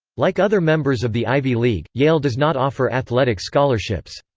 like other members of the ivy league, yale does not offer athletic scholarships.